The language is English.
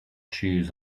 chews